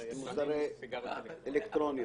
סיגריות אלקטרוניות.